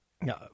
No